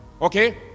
okay